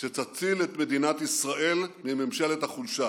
שתציל את מדינת ישראל מממשלת החולשה.